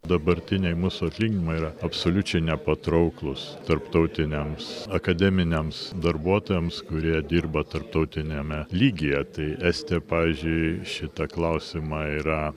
dabartiniai mūsų atlyginimai yra absoliučiai nepatrauklūs tarptautiniams akademiniams darbuotojams kurie dirba tarptautiniame lygyje tai estija pavyzdžiui šitą klausimą yra